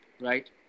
right